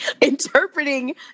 Interpreting